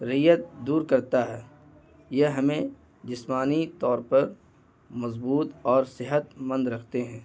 ریت دور کرتا ہے یہ ہمیں جسمانی طور پر مضبوط اور صحت مند رکھتے ہیں